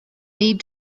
need